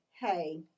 hey